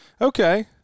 okay